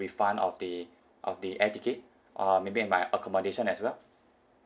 refund of the of the air ticket err maybe my accommodation as well